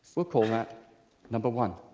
we'll call that number one.